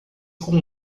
com